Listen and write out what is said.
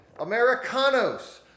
Americanos